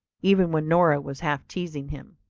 even when nora was half teasing him.